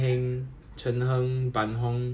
唱 !aiya! 在 toilet 就唱 ah